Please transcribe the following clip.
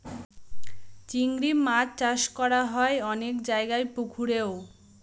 চিংড়ি মাছ চাষ করা হয় অনেক জায়গায় পুকুরেও